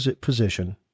position